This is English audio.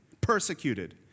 persecuted